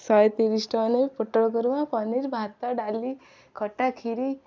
ଶହେ ତିରିଶ ଟଙ୍କା ନେ ପୋଟଳ ଖୁରୁମା ପନିର ଭାତ ଡାଲି ଖଟା ଖିରୀ